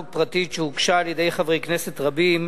פרטית שהוגשה על-ידי חברי כנסת רבים,